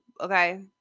okay